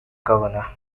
governor